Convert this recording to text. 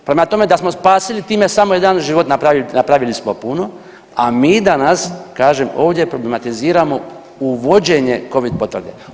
Prema tome, da smo spasili time samo jedan život napravili smo puno, a mi danas kažem ovdje problematiziramo uvođenje covid potvrde.